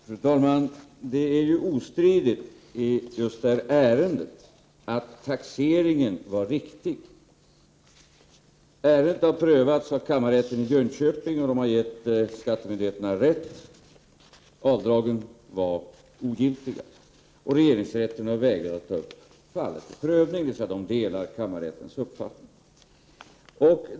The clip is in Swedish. Fru talman! Det är ju ostridigt att taxeringen i det här ärendet var riktig. Ärendet har prövats av kammarrätten i Jönköping, som har gett skattemyndigheterna rätt. Avdragen var ogiltiga, och regeringsrätten har vägrat att ta upp fallet till prövning, dvs. regeringsrätten delar kammarrättens uppfattning.